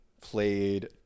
played